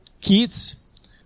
kids